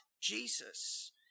Jesus